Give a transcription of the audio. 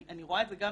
אני רואה את זה גם